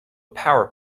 power